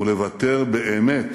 ולוותר באמת